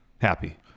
Happy